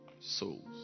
souls